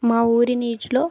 మా ఊరి నీటిలో